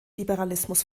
liberalismus